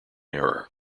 error